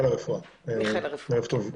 בוקר טוב.